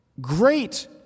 Great